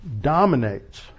Dominates